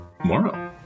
tomorrow